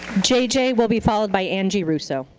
jj will be followed by angie russo.